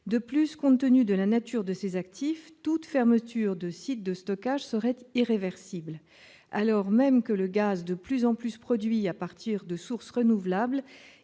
De plus, compte tenu de la nature de ces actifs, toute fermeture de site de stockage serait irréversible, alors même que le gaz, de plus en plus produit à partir de sources renouvelables,